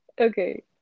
okay